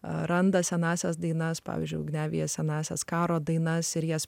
randa senąsias dainas pavyzdžiui ugniavietėje senąsias karo dainas ir jas